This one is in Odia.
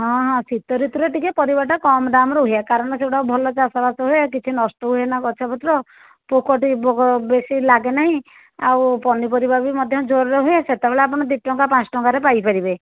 ହଁ ହଁ ଶୀତଋତୁରେ ଟିକିଏ ପରିବାଟା କମ ଦାମ୍ ରୁହେ କାରଣ ସେଗୁଡ଼ାକ ଭଲ ଚାଷବାସ ହୁଏ କିଛି ନଷ୍ଟ ହୁଏନା ଗଛପତ୍ର ପୋକଟି ପୋକ ବେଶୀ ଲାଗେନାହିଁ ଆଉ ପନିପରିବା ବି ମଧ୍ୟ ଜୋରରେ ହୁଏ ସେତେବେଳେ ଆପଣ ଦୁଇଟଙ୍କା ପାଞ୍ଚଟଙ୍କାରେ ପାଇପାରିବେ